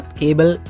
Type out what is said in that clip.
cable